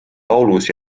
paulus